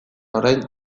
orain